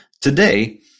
Today